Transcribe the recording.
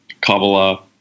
Kabbalah